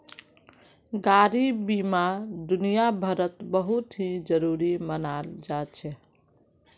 गाडी बीमा दुनियाभरत बहुत ही जरूरी मनाल जा छे